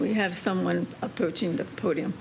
we have someone approaching the podium